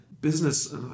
business